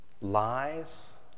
lies